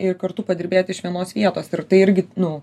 ir kartu padirbėt iš vienos vietos ir tai irgi nu